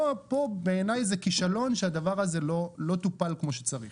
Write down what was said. פה בעיני זה כישלון שהדבר הזה לא טופל כמו שצריך.